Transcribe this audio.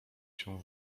się